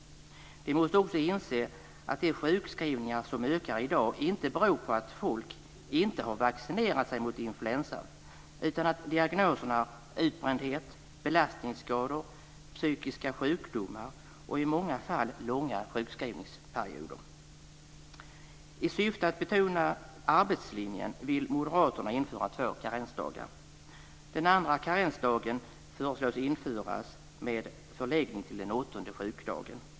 De måste också inse att de sjukskrivningar som ökar i dag inte beror på att folk inte har vaccinerat sig mot influensa utan att diagnoserna är utbrändhet, belastningsskador, psykiska sjukdomar och att det i många fall är långa sjukskrivningsperioder. I syfte att betona arbetslinjen vill moderaterna införa två karensdagar. Den andra karensdagen föreslås införas med förläggning till den åttonde sjukdagen.